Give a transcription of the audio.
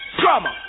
drama